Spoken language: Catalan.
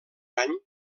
any